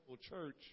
church